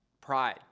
pride